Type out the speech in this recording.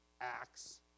acts